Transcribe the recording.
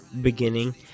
beginning